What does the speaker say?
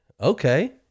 okay